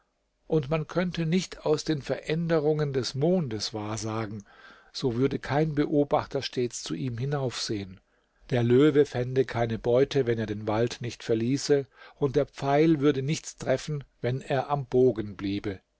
und könnte man nicht aus den veränderungen des mondes wahrsagen so würde kein beobachter stets zu ihm hinaufsehen der löwe fände keine beute wenn er den wald nicht verließe und der pfeil würde nichts treffen wenn er am bogen bliebe